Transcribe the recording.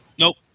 Nope